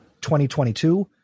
2022